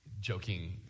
joking